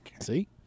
See